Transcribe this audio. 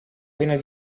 pena